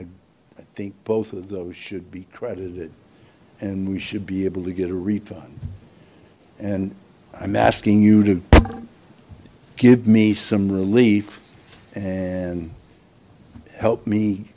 i think both of those should be credited and we should be able to get a refund and i'm asking you to give me some relief and help me